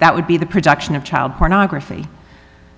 that would be the production of child pornography